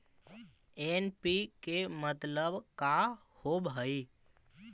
NPK मतलब का होव हइ?